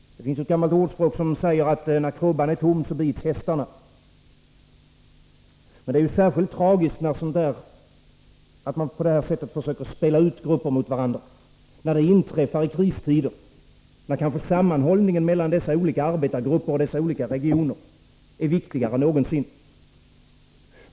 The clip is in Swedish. Det finns ett gammalt ordspråk som säger att när krubban är tom bits hästarna. Att man på det sättet försöker spela ut olika grupper mot varandra är särskilt tragiskt i kristider, när sammanhållningen mellan olika arbetargrupper och olika regioner är viktigare än någonsin.